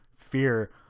fear